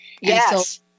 Yes